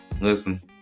Listen